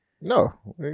No